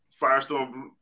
firestorm